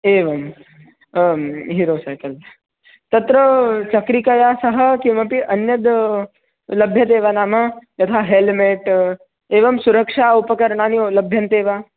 एवम् आं Hero cycle तत्र चक्रिकया सह किमपि अन्यद् लभ्यते वा नाम यथा हेल्मेट् एवं सुरक्षा उपकरणानि लभ्यन्ते वा